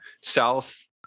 South